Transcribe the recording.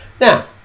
Now